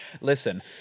Listen